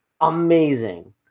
amazing